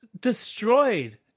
destroyed